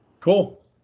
Cool